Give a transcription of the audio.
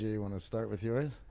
you want to start with yours?